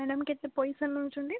madam କେତେ ପଇସା ନଉଛନ୍ତି